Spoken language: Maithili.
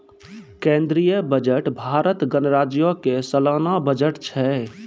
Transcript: केंद्रीय बजट भारत गणराज्यो के सलाना बजट छै